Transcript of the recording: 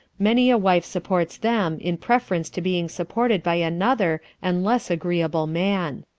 many a wife supports them in preference to being supported by another and less agreeable man.